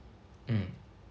mm